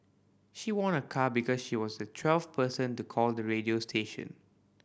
she won a car because she was the twelfth person to call the radio station